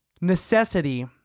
necessity